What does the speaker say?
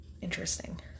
interesting